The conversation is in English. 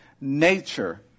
nature